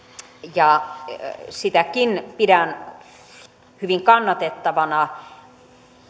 ja sitäkin pidän hyvin kannatettavana